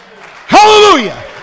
Hallelujah